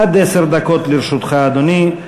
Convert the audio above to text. עד עשר דקות לרשותך, אדוני.